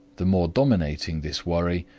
the more dominating this worry,